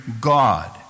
God